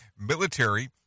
military